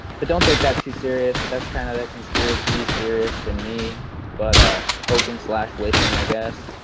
but don't take that too serious, that's kind of a conspiracy theorist in me but a hoping so ah wishing i guess.